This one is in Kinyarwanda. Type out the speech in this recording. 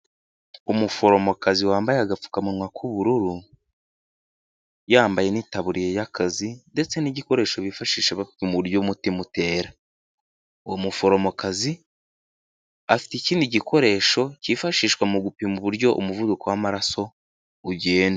umuforomokazi wambaye agapfukamunwa k'ubururu, yambaye n'itaburiya y'akazi ndetse n'igikoresho bifashisha bapima uburyo umutima utera, uwo muforomokazi afite ikindi gikoresho cyifashishwa mu gupima uburyo umuvuduko w'amaraso ugenda.